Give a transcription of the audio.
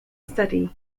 study